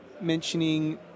mentioning